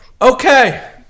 Okay